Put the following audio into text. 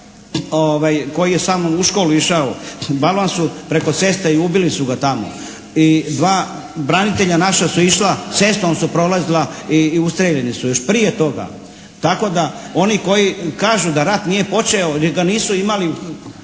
se ne razumije./… su preko ceste i ubili su ga tamo i dva branitelja naša su išla, cestom su prolazila i ustrijeljeni su još prije toga. Tako da oni koji kažu da rat nije počeo, ili da nisu imali